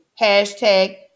Hashtag